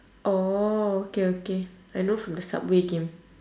oh okay okay I know from the subway game